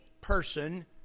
person